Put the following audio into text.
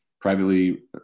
privately